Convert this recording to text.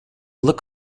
look